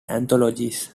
anthologies